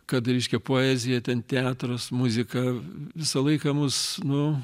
kad reiškia poezija teatras muzika visą laiką mus nu